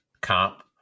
comp